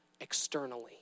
externally